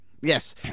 Yes